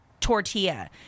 tortilla